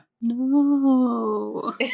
no